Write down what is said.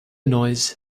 noise